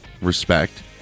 Respect